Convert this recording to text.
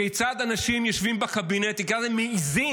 כיצד אנשים יושבים בקבינט ומעיזים